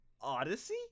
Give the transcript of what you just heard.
Odyssey